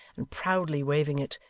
and proudly waving it,